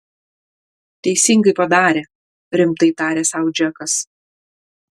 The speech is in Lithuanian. teisingai padarė rimtai tarė sau džekas